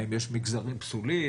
האם יש מגזרים פסולים?